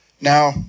Now